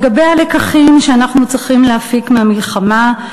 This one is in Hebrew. לגבי הלקחים שאנחנו צריכים להפיק מהמלחמה.